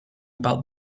about